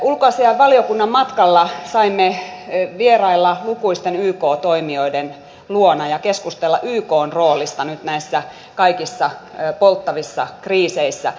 ulkoasiainvaliokunnan matkalla saimme vierailla lukuisten yk toimijoiden luona ja keskustella ykn roolista nyt näissä kaikissa polttavissa kriiseissä